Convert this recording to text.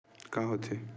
का होथे?